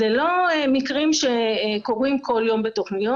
זה לא מקרים שקורים כל יום בתוכניות,